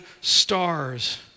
stars